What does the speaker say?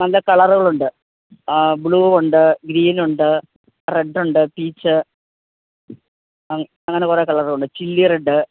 നല്ല കളറ്കളുണ്ട് ബ്ലൂവുണ്ട് ഗ്രീനുണ്ട് റെഡ്ഡുണ്ട് പീച്ച് അങ്ങനെ കുറേ കളറുണ്ട് ചില്ലി റെഡ്